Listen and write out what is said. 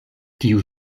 tiu